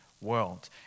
world